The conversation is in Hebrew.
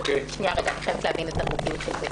אני חייבת להבין את החוקיות של זה.